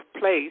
place